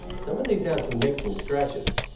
some of these have some nicks and scratches.